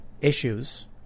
issues